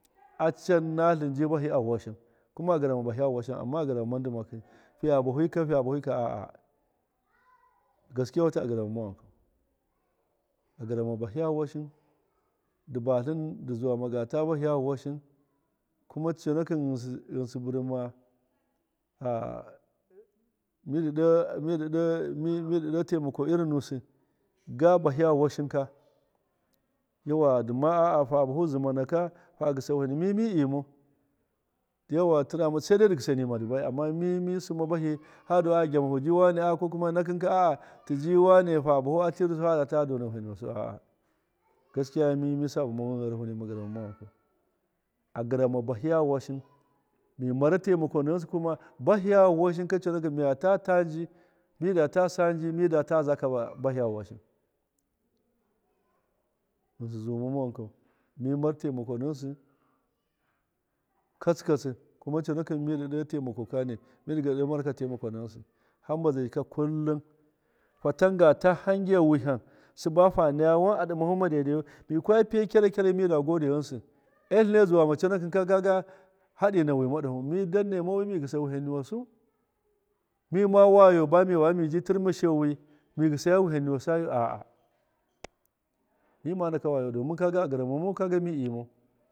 A can natlɨn ji bahɨ avuwashin kuma a gɨrama ndi bahɨya vuwashin fiya bahu yika fiya bahu yika a'a gaskewatɨ a gɨrama ma wankau a gɨrama bahɨya vuwashin dɨ batlɨn zuwa ga ta bahɨya vuwashin kuma conakɨn ghɨnsɨ birma a midɨ midɨ ɗo midɨ taimako irin nusɨ ga bahɨya vuwashinka yauwa dɨma fa bafu zima naka ha gɨsa wiham mi mi i mau yauwa tɨrama sai dai dɨ gɨsa nima dɨ bai ama mi- mi sinma bahi haduwa ai gyamahu ji wane ko nakinka a tɨji wane fa bahu atɨrusɨ hada ta dona wiham niwasu a'a gaskiya mi misabamau gharaho nima gɨrama wankau a gɨrama bahɨya vuwashin mi mara taimako na ghɨnsɨ bahɨya vuwashinka conakɨn miya ta taa nji mida ta sa nji mida ta za kabɨ bahiya vuwashin ghɨnsɨ zumama wankau kuma taimako na ghɨnsɨ katsi katsi kuma conakɨn midɨ ɗe taimako kani midɨgan ɗe marakɨ taimako na ghɨnsɨ hamba zai jika kullum fatan ga ta hange wiham sɨba fa naya wan a ɗɨmahu ma dai daiyu mi kwa piya kyara kyara rai mida gode ghɨnsɨ e tlɨne zuwama conakɨn kaga haɗɨ nawi ma ɗahu mi dannema wiyu mi gɨsa wiham niwasu mima wayo ba mi bama mi bi turmushe wi mi gɨsaya wiham niwasayu a'a mima naka wayawu domin kaga ɣiramamau kaga mi imau.